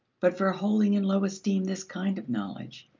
but for holding in low esteem this kind of knowledge.